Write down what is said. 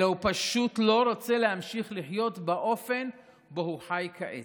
אלא הוא פשוט לא רוצה להמשיך לחיות באופן שבו הוא חי כעת.